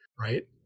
Right